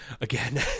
again